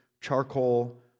charcoal